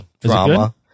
drama